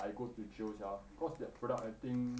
I go to jail sia cause that product I think